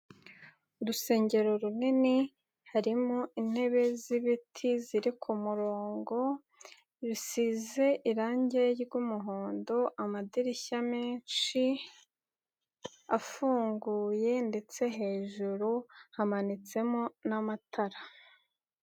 Urusengero runini, harimo intebe z'ibiti ziri ku ku murongo, rusize irangi ry'umuhondo, amadirishya mensh,i afunguye ndetse hejuru hamanitsemo n'amatara.